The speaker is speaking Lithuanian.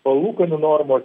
palūkanų normos